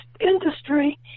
industry